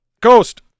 Ghost